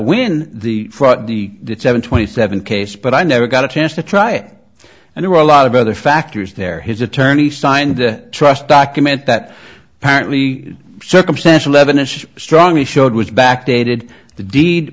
in the seven twenty seven case but i never got a chance to try it and there were a lot of other factors there his attorney signed trust document that apparently circumstantial evidence is strong he showed was back dated the deed